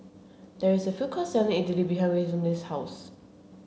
there is a food court selling Idili behind Wilhelmine's house